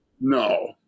No